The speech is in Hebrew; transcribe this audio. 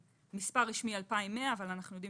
מספר רשמי הוא 2,100 אבל אנחנו יודעים